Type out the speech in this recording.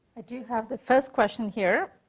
i do have the first question here.